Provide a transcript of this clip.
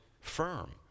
firm